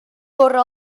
corre